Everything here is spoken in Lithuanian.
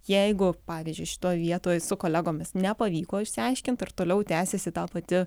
jeigu pavyzdžiui šitoj vietoj su kolegomis nepavyko išsiaiškinti ir toliau tęsiasi ta pati